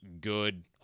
good-